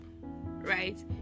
right